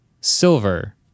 silver